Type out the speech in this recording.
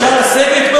אפשר לסגת?